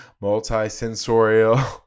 multi-sensorial